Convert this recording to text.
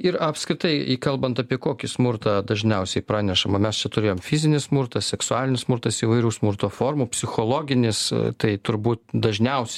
ir apskritai įkalbant apie kokį smurtą dažniausiai pranešama mes čia turėjom fizinis smurtas seksualinis smurtas įvairių smurto formų psichologinis tai turbūt dažniaus